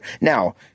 Now